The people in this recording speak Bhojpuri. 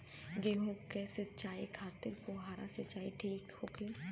गेहूँ के सिंचाई खातिर फुहारा सिंचाई ठीक होखि?